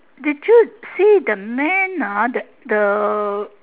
did you see the man ah that the